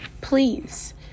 Please